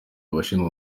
abashinzwe